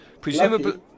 Presumably